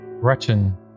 Gretchen